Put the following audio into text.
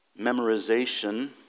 memorization